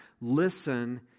listen